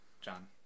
John